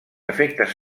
efectes